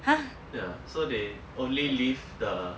ha